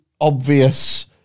obvious